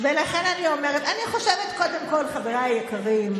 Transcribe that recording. אם את חושבת שמותר לאיים על חיים של שרה בממשלה,